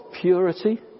purity